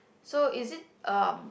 so is it um